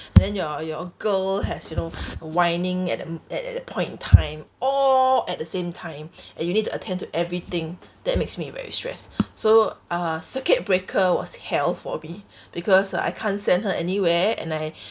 then your your girl has you know whining at at at that point in time all at the same time and you need to attend to everything that makes me very stress so uh circuit breaker was hell for me because I can't send her anywhere and I